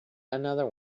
another